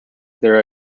their